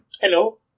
Hello